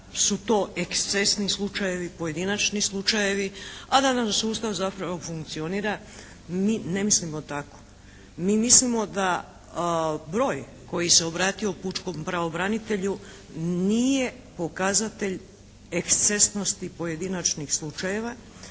su to ekscesni slučajevi, pojedinačni slučajevi a da nam sustav zapravo funkcionira mi ne mislimo tako. Mi mislimo da broj koji se obratio pučkom pravobranitelju nije pokazatelj ekscesnosti pojedinačnih slučajeva